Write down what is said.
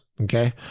okay